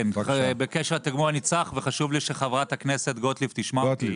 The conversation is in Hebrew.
בקשר לתגמול נצרך וחשוב לי שחברת הכנסת גוטליב תשמע אותי,